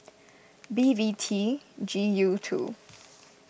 B V T G U two